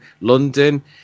london